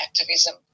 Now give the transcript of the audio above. activism